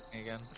again